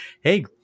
Hey